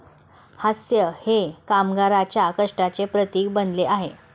हास्य हे कामगारांच्या कष्टाचे प्रतीक बनले आहे